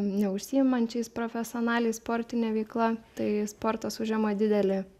neužsiimančiais profesionaliai sportine veikla tai sportas užima didelį